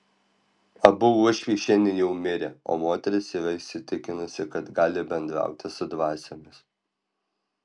abu uošviai šiandien jau mirę o moteris yra įsitikinusi kad gali bendrauti su dvasiomis